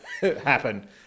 happen